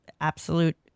absolute